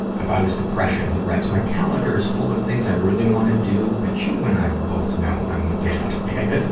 about his depression, he writes, my calendar's full of things i really wanna do, but you and i both know i won't get out